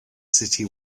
city